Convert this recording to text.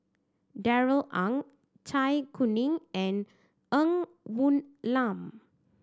Darrell Ang Zai Kuning and Ng Woon Lam